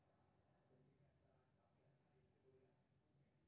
लघु आ मध्यम श्रेणीक भारतीय उद्यमी मुद्रा ऋण योजनाक लाभ उठा सकै छै